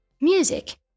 Music